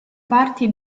parti